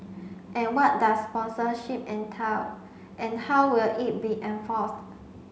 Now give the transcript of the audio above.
and what does sponsorship entail and how will it be enforced